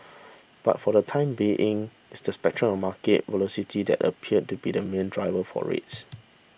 but for the time being it's the spectre of market volatility that appears to be the main driver for rates